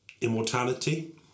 immortality